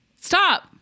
Stop